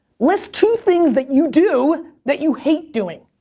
list two things that you do that you hate doing.